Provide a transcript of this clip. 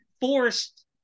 forced